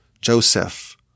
Joseph